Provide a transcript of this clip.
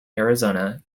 arizona